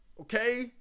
Okay